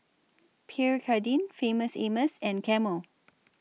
Pierre Cardin Famous Amos and Camel